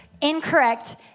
incorrect